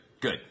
good